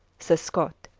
says scott,